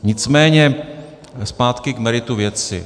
Nicméně zpátky k meritu věci.